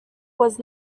was